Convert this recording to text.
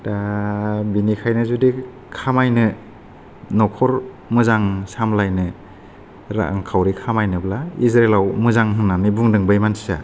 दा बिनिखायनो जुदि खामायनो नखर मोजां सामलायनो रां खाउरि खामायनोब्ला इज्राइलाव मोजां होननानै बुंदों बै मानसिया